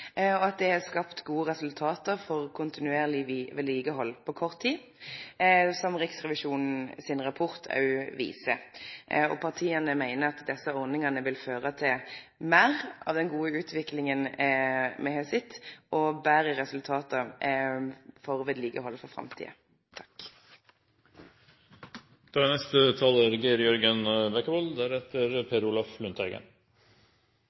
skapt gode resultat for kontinuerleg vedlikehald på kort tid, som Riksrevisjonen sin rapport òg viser. Partia meiner at desse ordningane vil føre til meir av den gode utviklinga som me har sett, og betre resultat for vedlikehald i framtida. Jeg synes det er riktig både å takke saksordføreren og starte med det som er positivt, og det